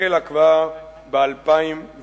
החלה כבר ב-2006.